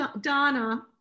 Donna